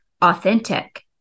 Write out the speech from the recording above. authentic